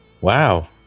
Wow